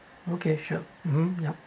okay sure mmhmm yup